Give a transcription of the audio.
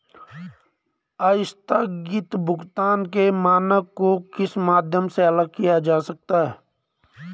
आस्थगित भुगतान के मानक को किस माध्यम से अलग किया जा सकता है?